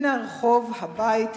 הנה הרחוב/ הבית/